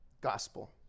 Gospel